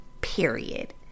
period